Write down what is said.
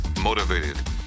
motivated